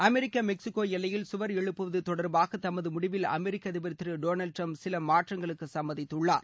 America Mexico எல்லையில் சுவர் எழுப்புவது தொடர்பாக தமது முடிவில் அமெரிக்க அதிபர் திரு டொனால்டு டிரம்ப் சில மாற்றங்களுக்கு சம்மதித்துள்ளார்